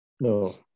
No